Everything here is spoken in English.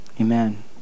Amen